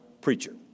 preacher